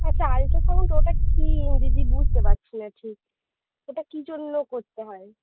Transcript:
আচ্ছা আলট্রাসাউন্ড ওটা কি দিদি বুঝতে পারছি না ঠিক ওটা কি জন্য করতে হয়